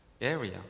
area